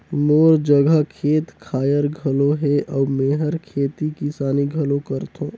मोर जघा खेत खायर घलो हे अउ मेंहर खेती किसानी घलो करथों